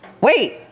Wait